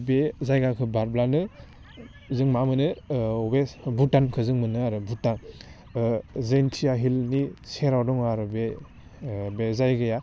बे जायगाखौ बारब्लानो जों मा मोनो वेस्ट भुटानखौ जों मोनो आरो भुटान जयेन्तिया हिलनि सेराव दङ आरो बे बे जायगाया